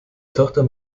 tochter